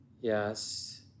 Yes